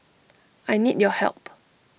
I need your help